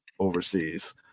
Overseas